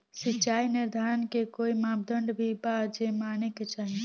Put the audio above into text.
सिचाई निर्धारण के कोई मापदंड भी बा जे माने के चाही?